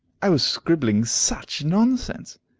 i was scribbling such nonsense,